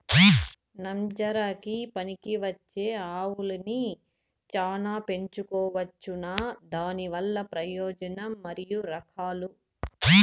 నంజరకి పనికివచ్చే ఆవులని చానా పెంచుకోవచ్చునా? దానివల్ల ప్రయోజనం మరియు రకాలు?